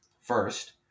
First